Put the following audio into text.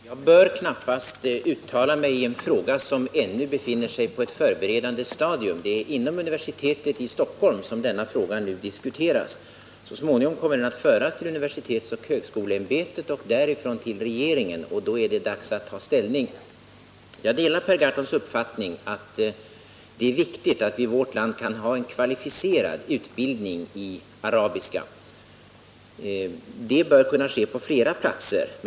Herr talman! Jag bör knappast uttala mig i en fråga som ännu befinner sig på ett förberedande stadium. Det är inom universitetet i Stockholm som denna fråga nu diskuteras. Så småningom kommer den att föras till universitetsoch högskoleämbetet och därifrån till regeringen, och då är det dags att ta ställning. Jag delar Per Gahrtons uppfattning att det är viktigt att vi i vårt land kan ha en kvalificerad utbildning i arabiska. Det bör kunna ske på flera platser.